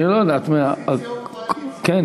אני לא יודע, את מה, את אופוזיציה או קואליציה?